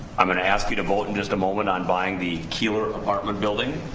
i'm gonna ask you to vote in just a moment on buying the keeler apartment building